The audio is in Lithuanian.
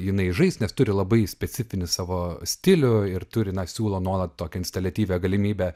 jinai žais nes turi labai specifinį savo stilių ir turi na siūlo nuolat tokią instaliatyvią galimybę